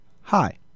Hi